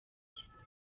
kigali